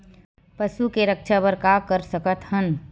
पशु के रक्षा बर का कर सकत हन?